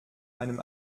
einem